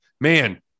man